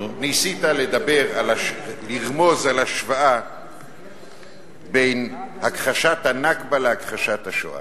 ניסית לרמוז על השוואה בין הכחשת ה"נכבה" להכחשת השואה.